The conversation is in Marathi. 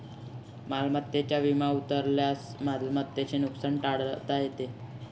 मालमत्तेचा विमा उतरवल्यास मालमत्तेचे नुकसान टाळता येते